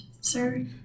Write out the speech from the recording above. sir